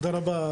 תודה רבה,